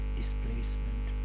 displacement